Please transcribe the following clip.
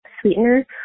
sweetener